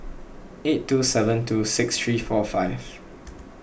eight two seven two six three four five